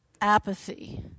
apathy